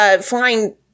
Flying